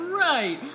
right